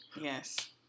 Yes